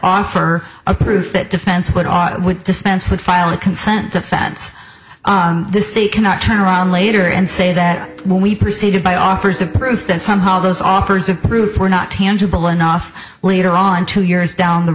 offer a proof that defense would all dispense with file a consent defense the state cannot turn around later and say that when we proceeded by offers of proof that somehow those offers of proof were not tangible enough later on two years down the